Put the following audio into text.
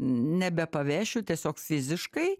nebepavešiu tiesiog fiziškai